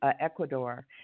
Ecuador